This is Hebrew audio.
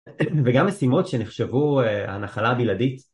וגם משימות שנחשבו הנחלה בלעדית.